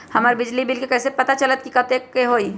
हमर बिजली के बिल कैसे पता चलतै की कतेइक के होई?